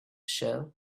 shell